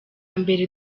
mbere